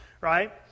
right